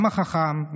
גם החכם,